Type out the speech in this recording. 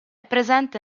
presente